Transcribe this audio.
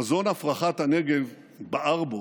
חזון הפרחת הנגב בער בו,